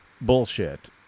bullshit